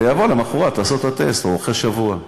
ויבוא למחרת לעשות את הטסט, או אחרי שבוע.